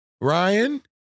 Ryan